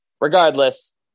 regardless